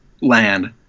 land